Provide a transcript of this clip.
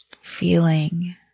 feeling